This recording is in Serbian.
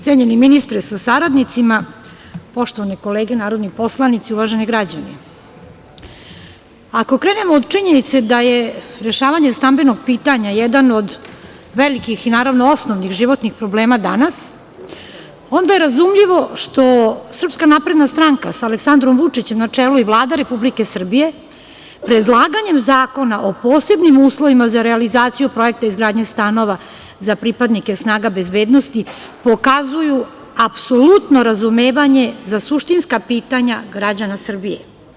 Cenjeni ministre sa saradnicima, poštovane kolege narodni poslanici, uvaženi građani, ako krenemo od činjenice da je rešavanje stambenog pitanja jedan od velikih i, naravno, osnovnih životnih problema danas, onda je razumljivo što SNS sa Aleksandrom Vučićem na čelu i Vlada Republike Srbije, predlaganjem zakona o posebnim uslovima za realizaciju projekta izgradnje stanova za pripadnike snaga bezbednosti, pokazuju apsolutno razumevanje za suštinska pitanja građana Srbije.